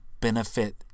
benefit